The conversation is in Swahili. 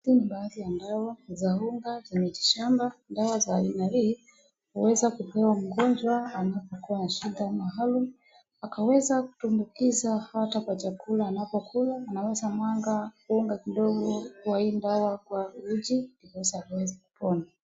Vyumba vya dawa za unga za miti shamba. Dawa za aina hii huweza kupewa mgonjwa anapokuwa na shida maalum, akaweza kutumbukiza hata kwa chakula anapokula, anaweza mwaga unga kidogo kwa hii dawa kwa uji, ndiposa aweze kupona.